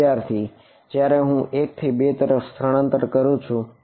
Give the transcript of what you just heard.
વિદ્યાર્થી જયારે હું 1 થી 2 તરફ સ્થળાંતર કરું છું